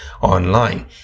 online